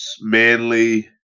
Manly